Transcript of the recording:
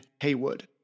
Haywood